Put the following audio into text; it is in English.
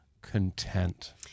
content